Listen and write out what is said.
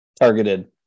targeted